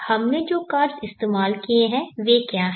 हमने जो कार्ड्स इस्तेमाल किये हैं वे क्या हैं